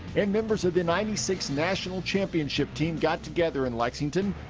and members of the ninety six national championship team got together in lexington.